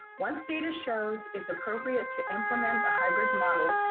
once data shows it's appropriate to implement a hybrid model,